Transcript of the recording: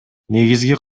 негизги